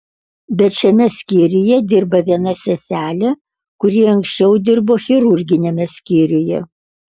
bet šiame skyriuje dirba viena seselė kuri anksčiau dirbo chirurginiame skyriuje